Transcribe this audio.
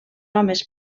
homes